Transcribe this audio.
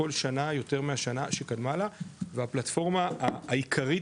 כל שנה יותר מהשנה שקדמה לה והפלטפורמה העיקרית